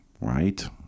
Right